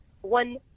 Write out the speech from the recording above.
one